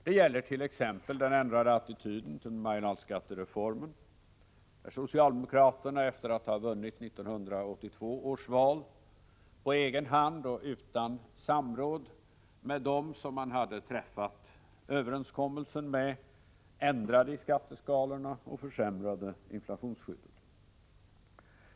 Det gäller t.ex. den ändrade attityden till marginalskattereformen, där socialdemokraterna, efter att ha vunnit 1982 års val, på egen hand och utan samråd med dem som man hade träffat överenskommelse med ändrade i skatteskalorna och försämrade inflationsskyddet.